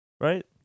Right